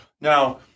Now